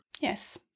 yes